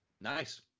Nice